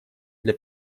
для